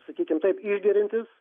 sakykim taip išgeriantys